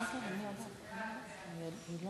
ההצעה להעביר את הנושא לוועדת הפנים והגנת הסביבה